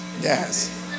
yes